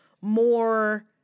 more